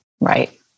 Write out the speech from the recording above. Right